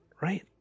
Right